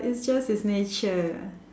it's just his nature